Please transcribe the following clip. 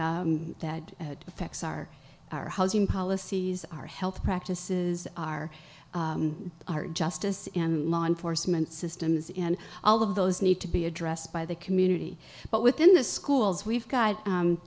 affects our our housing policies our health practices our our justice and law enforcement systems in all of those need to be addressed by the community but within the schools we've got